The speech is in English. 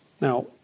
Now